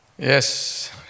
Yes